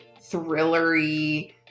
thrillery